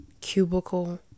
cubicle